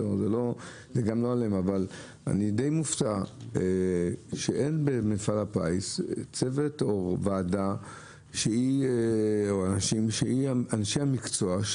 אני די מופתע שאין במפעל הפיס צוות או ועדה של אנשי מקצוע,